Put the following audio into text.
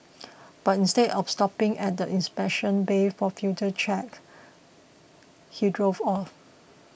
but instead of stopping at the inspection bay for further check he drove off